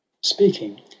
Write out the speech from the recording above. speaking